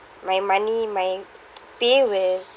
my money my pay will